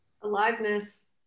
Aliveness